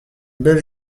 belle